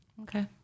Okay